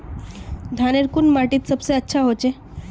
धानेर कुन माटित सबसे अच्छा होचे?